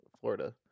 florida